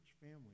family